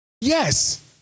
Yes